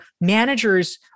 managers